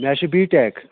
مےٚ حظ چھُ بی ٹٮ۪ک